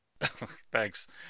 Thanks